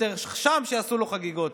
שיעשו לו שם חגיגות.